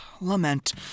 Lament